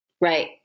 right